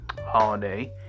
Holiday